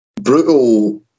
brutal